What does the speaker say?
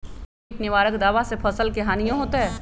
किट निवारक दावा से फसल के हानियों होतै?